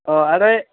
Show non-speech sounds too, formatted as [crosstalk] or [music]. অঁ [unintelligible]